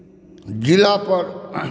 ज़िला पर